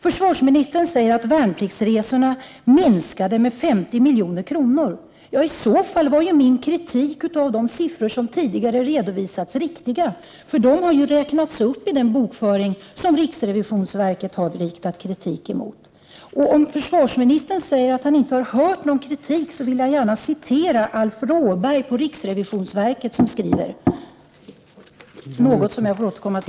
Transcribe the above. Försvarsministern säger att kostnaderna för värnpliktsresor minskade med 50 milj.kr. Ja, i så fall var min kritik av de siffror som tidigare redovisades riktig, då de har räknats upp i den bokföring som riksrevisionsverket har riktat kritik mot.